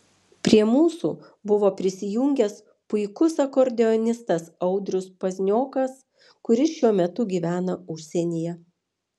prie mūsų buvo prisijungęs puikus akordeonistas audrius pazniokas kuris šiuo metu gyvena užsienyje